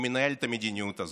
הוא מנהל את המדיניות הזאת.